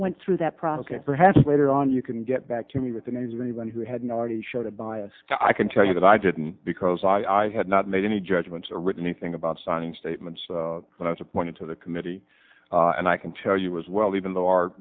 went through that process perhaps later on you can get back to me with the names of anyone who hadn't already showed a bias i can tell you that i didn't because i had not made any judgments or written anything about signing statements when i was appointed to the committee and i can tell you as well even though our